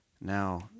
now